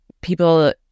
people